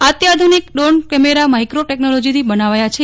આ અત્યાધુનિક drone camera micro ટેકનોલોજીથી બનાવાયા છે